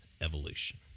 evolution